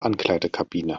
ankleidekabine